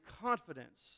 confidence